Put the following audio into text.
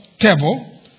table